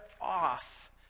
off